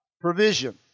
provision